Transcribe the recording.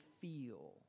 feel